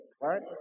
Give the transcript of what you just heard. right